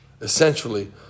Essentially